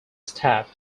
staff